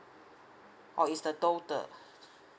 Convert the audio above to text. oh is the total